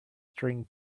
string